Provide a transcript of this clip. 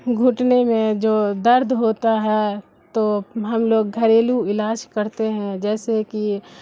گھٹنے میں جو درد ہوتا ہے تو ہم لوگ گھریلو علاج کرتے ہیں جیسے کہ